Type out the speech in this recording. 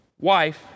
wife